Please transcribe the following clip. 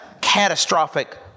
catastrophic